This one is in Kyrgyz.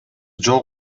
жол